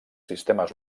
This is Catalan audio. sistemes